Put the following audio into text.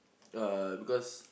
uh because